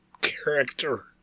character